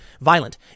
violent